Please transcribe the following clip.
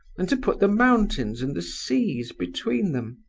and to put the mountains and the seas between them?